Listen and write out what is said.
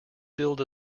build